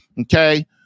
Okay